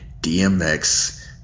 DMX